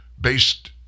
based